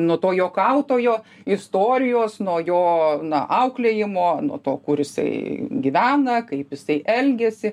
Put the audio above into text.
nuo to juokautojo istorijos nuo jo na auklėjimo nuo to kur jisai gyvena kaip jisai elgiasi